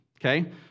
okay